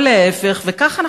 ולהפך,